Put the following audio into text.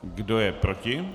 Kdo je proti?